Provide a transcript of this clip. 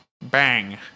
bang